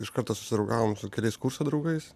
iš karto susidraugavom su keliais kurso draugais